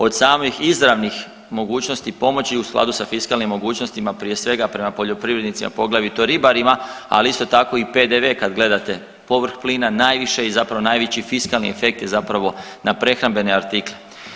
Od samih izravnih mogućnosti pomoći u skladu sa fiskalnim mogućnostima prije svega prema poljoprivrednicima, poglavito ribarima, ali isto tako i PDV kad gledate povrh plina najviše i zapravo najveći fiskalni efekt je zapravo na prehrambene artikle.